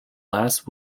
last